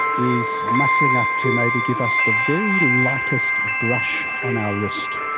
is muscling up to maybe give us the very lightest brush on our wrist.